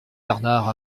bernard